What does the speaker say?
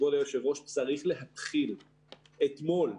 כבוד היושב-ראש, צריך להתחיל אתמול.